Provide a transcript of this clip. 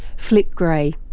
flick grey.